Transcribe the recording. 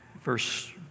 Verse